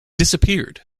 disappeared